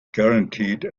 guaranteed